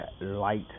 light